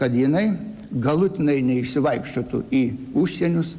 kad jinai galutinai neišsivaikščiotų į užsienius